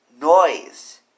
noise